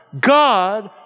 God